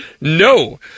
No